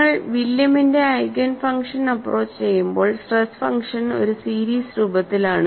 നിങ്ങൾ വില്യമിന്റെ eigen function approach Eigen Function approach ചെയ്യുമ്പോൾ സ്ട്രെസ് ഫംഗ്ഷൻ ഒരു സീരീസ് രൂപത്തിലാണ്